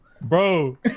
bro